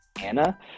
Anna